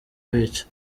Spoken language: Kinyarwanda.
bica